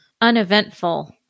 uneventful